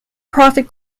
profit